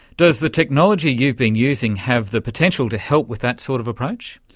does the technology you've been using have the potential to help with that sort of approach?